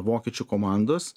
vokiečių komandos